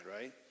right